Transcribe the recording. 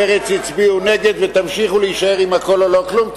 מרצ הצביעו נגד ותמשיכו להישאר עם הכול או לא כלום.